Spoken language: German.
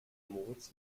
moritz